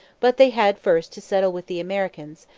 but they had first to settle with the americans,